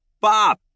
Bob